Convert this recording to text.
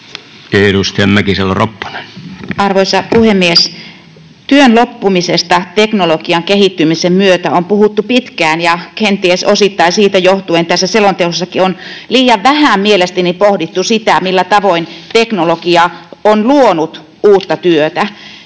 Time: 14:57 Content: Arvoisa puhemies! Työn loppumisesta teknologian kehittymisen myötä on puhuttu pitkään, ja kenties osittain siitä johtuen tässä selonteossakin on liian vähän mielestäni pohdittu sitä, millä tavoin teknologia on luonut uutta työtä.